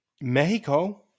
Mexico